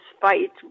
fight